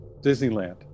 Disneyland